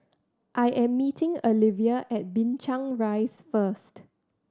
I am meeting Alivia at Binchang Rise first